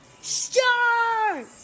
Start